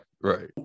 right